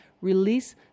release